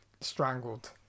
strangled